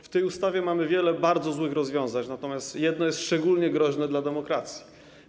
W tej ustawie mamy wiele bardzo złych rozwiązań, natomiast jedno jest szczególnie groźne dla demokracji.